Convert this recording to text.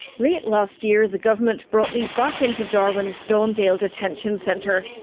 late last year the government brought me back into darwin's don dale detention centre.